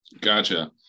Gotcha